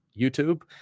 YouTube